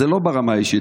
וזה לא ברמה האישית,